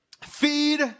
feed